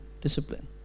discipline